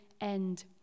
end